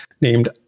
named